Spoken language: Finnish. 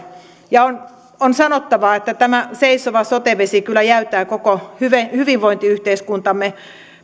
ja on sanottava että tämä seisova sote vesi kyllä jäytää koko hyvinvointiyhteiskuntamme